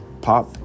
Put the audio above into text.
Pop